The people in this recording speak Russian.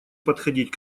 подходить